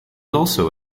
also